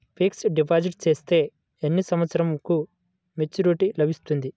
Fixed deposit చేస్తే ఎన్ని సంవత్సరంకు మెచూరిటీ లభిస్తుంది?